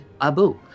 Abu